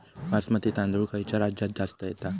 बासमती तांदूळ खयच्या राज्यात जास्त येता?